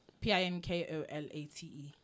P-I-N-K-O-L-A-T-E